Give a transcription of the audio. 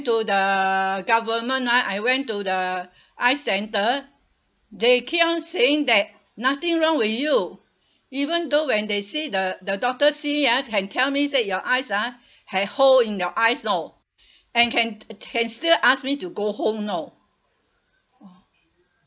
to the government right I went to the eyes centre they keep on saying that nothing wrong with you even though when they see the the doctor see ah can tell me said your eyes ah have hole in your eyes know and can can still ask me to go home know !wah!